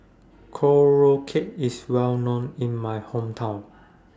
Korokke IS Well known in My Hometown